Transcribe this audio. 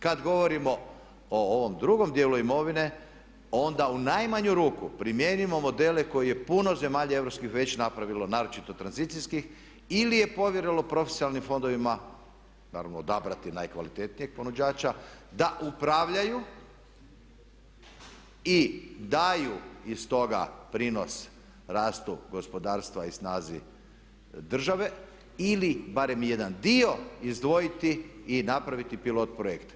Kad govorimo o ovom drugom djelu imovine, onda u najmanju ruku primijenimo modele koje je puno zemalja europskih već napravilo, naročito tranzicijskih ili je povjerilo profesionalnim fondovima naravno odabrati najkvalitetnijeg ponuđača da upravljaju i daju iz toga prinos rastu gospodarstva i snazi države ili barem jedan dio izdvojiti i napraviti pilot projekt.